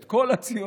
את כל הציונות,